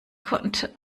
konnte